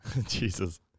Jesus